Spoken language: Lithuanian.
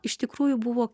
iš tikrųjų buvo